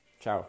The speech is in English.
Ciao